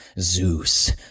Zeus